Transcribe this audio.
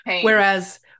whereas